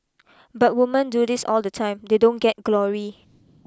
but women do this all the time they don't get glory